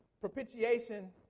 Propitiation